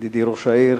ידידי ראש העיר,